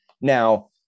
Now